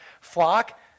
flock